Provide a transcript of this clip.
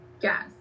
Yes